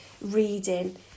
reading